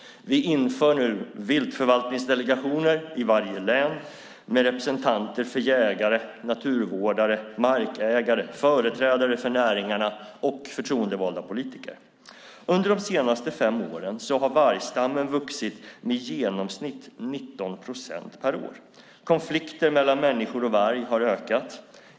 Vi inför nu viltförvaltningsdelegationer i varje län med representanter för jägare, naturvårdare, markägare, företrädare för näringarna och förtroendevalda politiker. Under de senaste fem åren har vargstammen vuxit med i genomsnitt 19 procent per år. Konflikter mellan människor och varg har ökat.